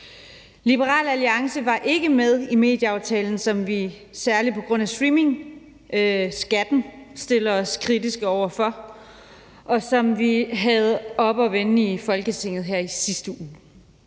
Liberal Alliance var ikke med i medieaftalen, som vi særlig på grund af streamingskatten stiller os kritiske over for, og som vi havde oppe at vende i Folketinget her i sidste uge.